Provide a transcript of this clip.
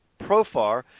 Profar